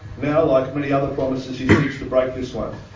now, like many other promises, he seeks to break this one.